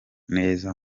neza